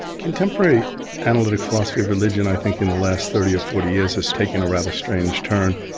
contemporary analytic philosophy of religion i think in the last thirty or forty years has taken a rather strange turn.